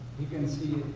you could see